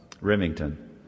Remington